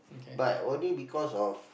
but only because of